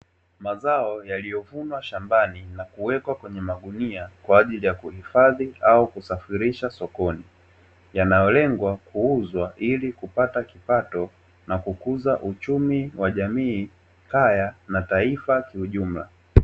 Mazao yaliyovunwa shambani na kuwekwa kwenye magunia kwa ajili ya kuhifadhi au kusafirisha sokoni, yanayolengwa kuuzwa ili kupata kipato na kukuza uchumi wa jamii, kaya na taifa kiujumla.